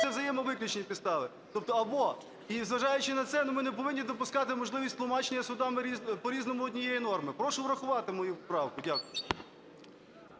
це взаємовиключні підстави, тобто "або". І, зважаючи на це, ми не повинні допускати можливість тлумачення судам по-різному однієї норми. Прошу врахувати мою правку. Дякую.